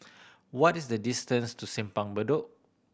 what is the distance to Simpang Bedok